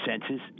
senses